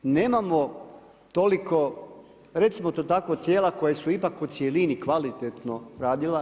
Nemamo toliko recimo, to tako, tijela koja su ipak u cjelini, kvalitetno radila.